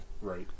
Right